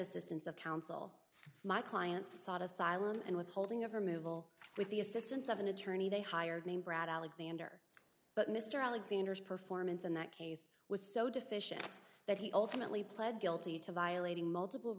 assistance of counsel my clients sought asylum and withholding of removal with the assistance of an attorney they hired named brad alexander but mr alexander's performance in that case was so deficient that he ultimately pled guilty to violating multiple